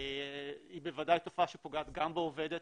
היא בוודאי תופעה שפוגעת גם בעובדת,